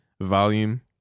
Volume